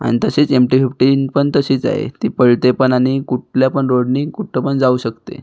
आणि तसेच M T fifteen पण तशीच आहे ती पळते पण आणि कुठल्या पण रोडने कुठं पण जाऊ शकते